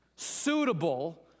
suitable